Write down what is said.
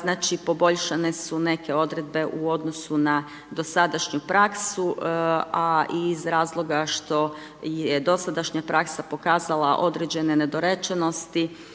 Znači poboljšane su neke odredbe u odnosu na dosadašnju praksu a i iz razloga što je dosadašnja praksa pokazala određene nedorečenosti,